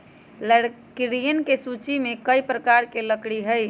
लकड़ियन के सूची में कई प्रकार के लकड़ी हई